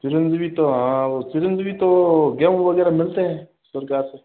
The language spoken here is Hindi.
हाँ गेहूँ वगैरह मिलते हैं सरकार से